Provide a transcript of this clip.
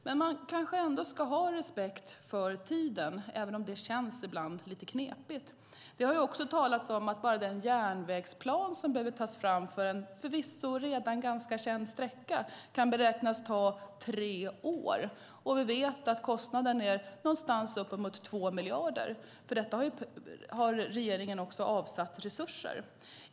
Men man kanske ändå ska ha respekt för tiden, även om det ibland känns lite knepigt. Det har också talats om att enbart den järnvägsplan som behöver tas fram för en förvisso redan ganska känd sträcka kan beräknas ta tre år. Vi vet att kostnaden är någonstans uppemot 2 miljarder. För detta har regeringen också avsatt resurser.